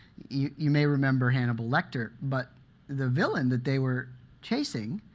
you may remember hannibal lecter, but the villain that they were chasing,